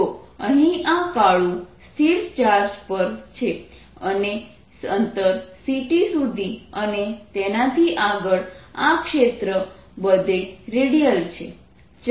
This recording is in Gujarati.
તો અહીં આ કાળું સ્થિર ચાર્જ પર છે અને અંતર c t સુધી અને તેનાથી આગળ આ ક્ષેત્ર બધે રેડિયલ છે